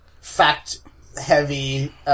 fact-heavy